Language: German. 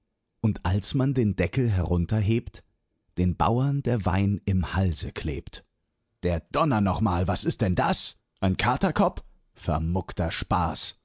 und als man den deckel herunterhebt den bauern der wein im halse klebt verdonner noch mal was ist denn das ein katerkopp vermuckter spaß